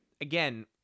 again